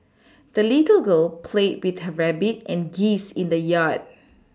the little girl played with her rabbit and geese in the yard